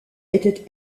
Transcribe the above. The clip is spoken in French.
était